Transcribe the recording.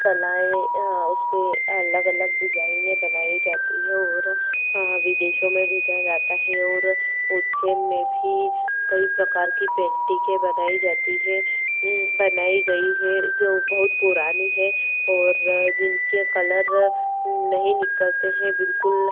कलाएँ उसपे अलग अलग डिजाइनें बनाई जाती हैं और विदेशों में भेजा जाता हैं और उज्जैन में भी कई प्रकार की पेंटिंगें बनाई जाती हैं बनाई गई हैं जो बहुत पुरानी है और जिनके कलर नहीं निकलते हैं बिल्कुल